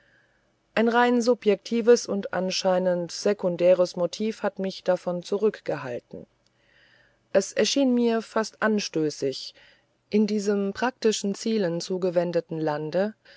ein rein subjektives und anscheinend sekundäres motiv hat mich davon zurückgehalten es erschien mir fast anstößig in diesem praktischen zielen zugewendeten lande